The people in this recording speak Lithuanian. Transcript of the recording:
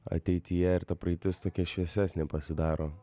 ateityje ir ta praeitis tokia šviesesnė pasidaro